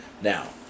Now